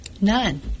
none